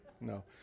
no